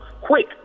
quick